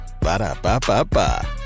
Ba-da-ba-ba-ba